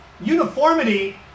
uniformity